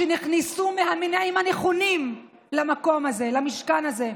שנכנסו מהמניעים הנכונים למקום הזה, למשכן הזה.